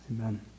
Amen